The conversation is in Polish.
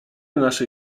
naszej